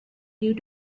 due